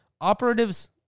operatives